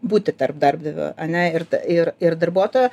būti tarp darbdavio ane ir t ir ir darbuotojo